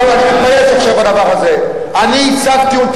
גברת אברהם עם הפה הגדול, אני אענה לך.